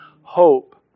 hope